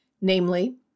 namely